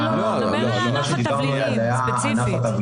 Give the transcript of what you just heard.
לא לא, דבר ספציפית על ענף התבלינים.